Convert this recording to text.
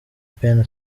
penn